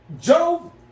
Joe